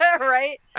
Right